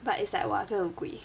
but it's like !wah! 真的很贵